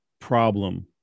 problem